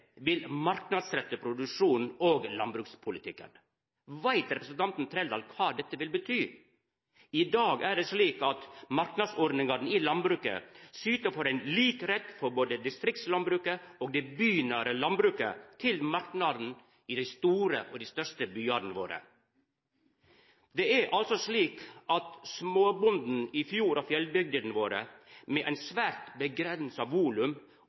vil marknadsretta produksjonen og landbrukspolitikken. Veit representanten Trældal kva dette vil bety? I dag er det slik at marknadsordningane i landbruket syter for ein lik rett for både distriktslandbruket og det bynære landbruket til marknaden i dei største byane våre. Det er altså slik at småbonden i fjord- og fjellbygdene våre med eit svært avgrensa volum